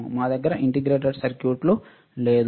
మా దగ్గర ఇంటిగ్రేటెడ్ సర్క్యూట్లు లేదు